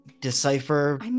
decipher